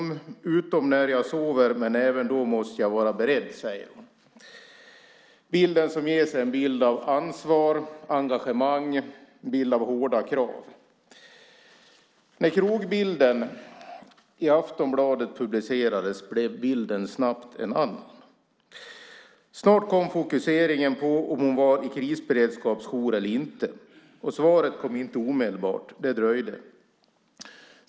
Det gäller utom när jag sover, men även då måste jag vara beredd, säger hon. Bilden som ges är en bild av ansvar, engagemang och hårda krav. När krogbilden publicerades i Aftonbladet blev bilden snabbt en annan. Snart kom fokuseringen på om hon var i krisberedskapsjour eller inte. Svaret kom inte omedelbart. Det dröjde.